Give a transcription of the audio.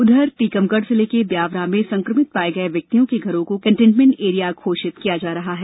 उधर राजगढ़ जिले के ब्यावरा में संक्रमित पाए गए व्यक्तियों के घरों को कंटेन्मेंट एरिया घोषित किया जा रहा है